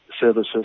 services